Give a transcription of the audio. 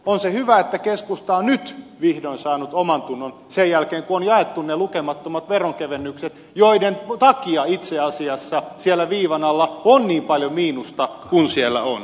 on se hyvä että keskusta on nyt vihdoin saanut omantunnon sen jälkeen kun on jaettu ne lukemattomat veronkevennykset joiden takia itse asiassa siellä viivan alla on niin paljon miinusta kuin siellä on